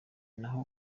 naho